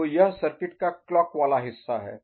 तो यह सर्किट का क्लॉक वाला हिस्सा है